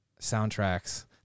soundtracks